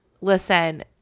listen